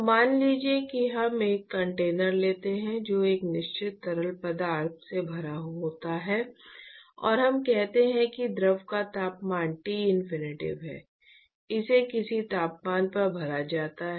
तो मान लीजिए कि हम एक कंटेनर लेते हैं जो एक निश्चित तरल पदार्थ से भरा होता है और हम कहते हैं कि द्रव का तापमान टिइफिनिटी है इसे किसी तापमान पर भरा जाता है